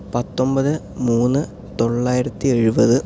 പത്തൊൻപത് മൂന്ന് തൊള്ളായിരത്തി എഴുപത്